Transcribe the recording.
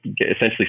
Essentially